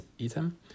item